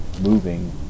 moving